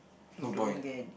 I also don't get it